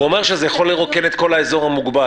הוא אמר שזה יכול לרוקן מתוכן את כל האזור המוגבל